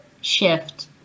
shift